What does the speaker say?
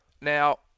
Now